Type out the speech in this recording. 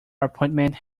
appointment